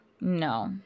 no